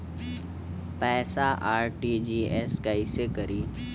पैसा आर.टी.जी.एस कैसे करी?